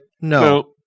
no